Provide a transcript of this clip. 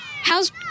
how's